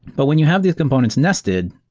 but when you have the components nested,